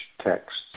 text